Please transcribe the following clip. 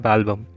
Album